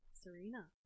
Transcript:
Serena